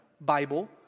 Bible